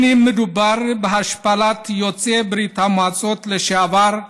אם מדובר בהשפלת יוצאי ברית המועצות לשעבר,